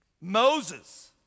Moses